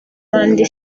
n’abandi